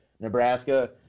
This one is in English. nebraska